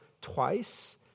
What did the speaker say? twice